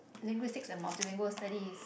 linguistics and multilingual Study